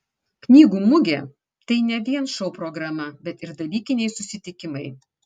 knygų mugė tai ne vien šou programa bet ir dalykiniai susitikimai